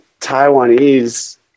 Taiwanese